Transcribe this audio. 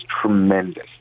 tremendous